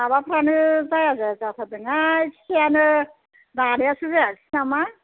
माबाफ्रानो जाया जाया जाथारदोंहाय फिथायानो नानायआसो जायासै नामा